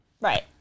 Right